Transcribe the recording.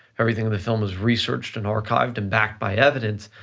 everything in the film is researched and archived and backed by evidence,